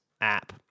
app